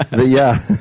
and yeah.